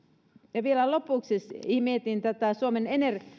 vielä lopuksi mietin tätä suomen